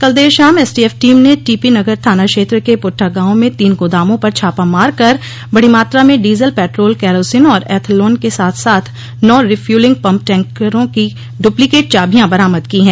कल देर शाम एसटीएफ टीम ने टीपी नगर थाना क्षेत्र के पुट्ठा गांव में तीन गोदामों पर छापा मार कर बड़ी मात्रा में डीजल पेट्रोल कैरोसिन और एथलोन के साथ साथ नौ रिफ्यूलिंग पम्प टैंकरों की डुप्लीकेट चाभिया बरामद की हैं